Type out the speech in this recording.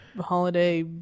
Holiday